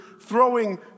throwing